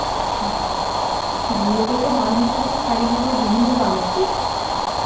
গুণগত মান হিসেবে তো শাড়িগুলোর বিভিন্ন দামের তো